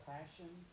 Passion